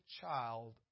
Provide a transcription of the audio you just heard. child